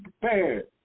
prepared